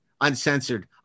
uncensored